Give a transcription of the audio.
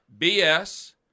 BS